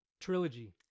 trilogy